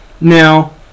now